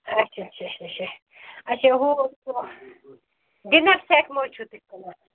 اچھا اچھا اچھا اچھا اچھا ہُہ سُہ ڈِنَر سٮ۪ٹ ما چھُو تُہۍ کٕنان